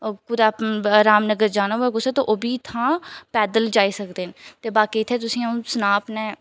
कुदै रामनगर जाना होऐ कुसै ते ओह्बी इ'त्थां पैदल जाई सकदे न ते बाकी इ'त्थें तुसें ई अ'ऊं सनांऽ अपने